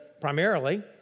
primarily